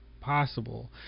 possible